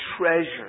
treasure